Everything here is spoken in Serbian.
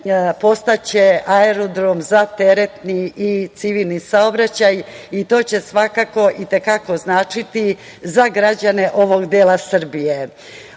postaće aerodrom za teretni i civilni saobraćaj i to će svakako i te kako značiti za građane ovog dela Srbije. Sem